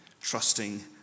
trusting